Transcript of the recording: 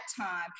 time